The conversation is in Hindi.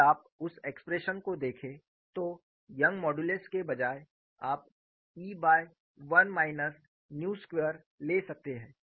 यदि आप उस एक्सप्रेशन को देखें तो यंग मॉडुलस के बजाय आप E by one minus nu square ले सकते हैं